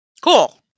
cool